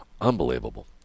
Unbelievable